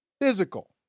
physical